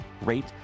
rate